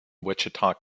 wichita